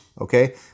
okay